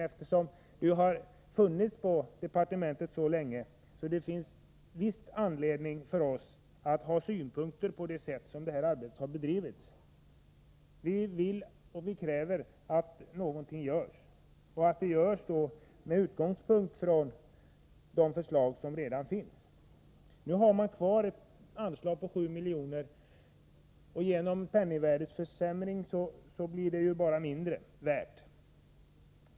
Ärendet har ju varit på departementet så länge att det visst finns anledning för oss att ha synpunkter på det sätt varpå arbetet bedrivits. Vi kräver att någonting görs med utgångspunkt i de förslag som nu föreligger. Vi har ju kvar ett anslag på 7 miljoner, men genom penningvärdeförsämringen blir det ju mindre värt.